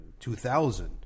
2000